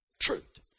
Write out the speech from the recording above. truth